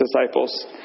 disciples